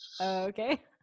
okay